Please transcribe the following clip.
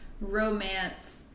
romance